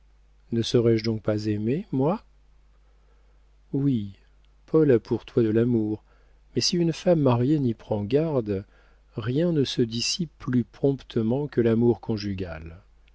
ne serais-je donc pas aimée moi oui paul a pour toi de l'amour mais si une femme mariée n'y prend garde rien ne se dissipe plus promptement que l'amour conjugal